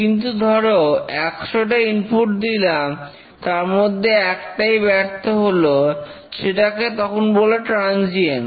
কিন্তু ধরো 100 টা ইনপুট দিলাম তারমধ্যে একটাই ব্যর্থ হলো সেটাকে তখন বলে ট্রানজিয়েন্ট